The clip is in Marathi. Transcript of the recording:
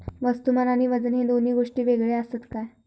वस्तुमान आणि वजन हे दोन गोष्टी वेगळे आसत काय?